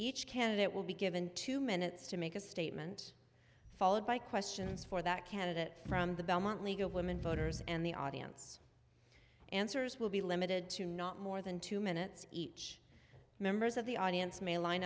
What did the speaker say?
each candidate will be given two minutes to make a statement followed by questions for that candidate from the belmont league of women voters and the audience answers will be limited to not more than two minutes each members of the audience may line